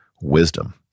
wisdom